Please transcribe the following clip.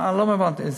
לא הבנתי,